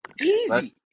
Easy